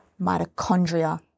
mitochondria